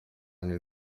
nel